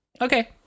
Okay